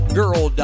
girl